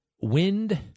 Wind